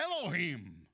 Elohim